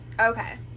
Okay